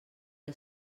que